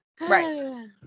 Right